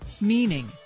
Meaning